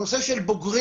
הנושא של בוגרים,